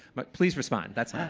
but please respond. but